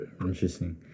interesting